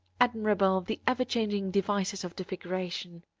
admirable the ever changing devices of the figuration.